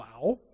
Wow